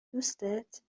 دوستت